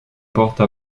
porte